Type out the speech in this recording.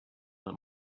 that